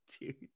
dude